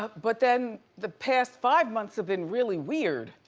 but then, the past five months have been really weird.